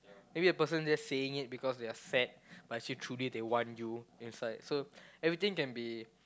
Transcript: maybe the person just saying it because they're sad but she truly they want you inside so everything can be